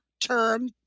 term